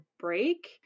break